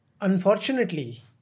unfortunately